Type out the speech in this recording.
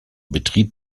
betrieb